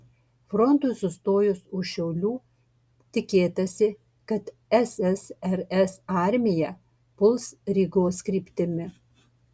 frontui sustojus už šiaulių tikėtasi kad ssrs armija puls rygos kryptimi